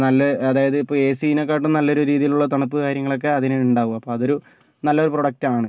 നല്ല അതായതിപ്പോൾ എസിനേക്കാട്ടും നല്ലൊരു രീതീയിലുള്ള തണുപ്പ് കാര്യങ്ങളൊക്കെ അതിനുണ്ടാകും അപ്പോൾ അതൊരു നല്ലൊരു പ്രൊഡക്റ്റാണ്